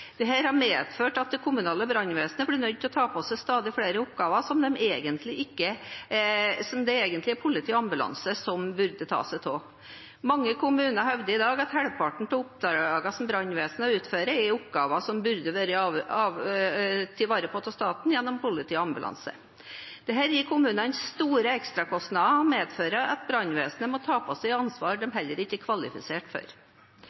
har medført at det kommunale brannvesenet blir nødt til å ta på seg stadig flere oppgaver som det egentlig er politi og ambulanse som burde ta seg av. Mange kommuner hevder i dag at halvparten av oppdragene som brannvesenet utfører, er oppgaver som burde vært ivaretatt av staten gjennom politi og ambulanse. Dette gir kommunene store ekstrakostnader og medfører at brannvesenet må ta på seg ansvar de heller ikke er kvalifisert for.